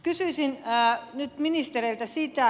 kysyisin nyt ministereiltä